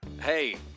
Hey